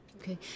Okay